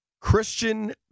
Christian